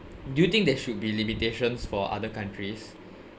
do you think there should be limitations for other countries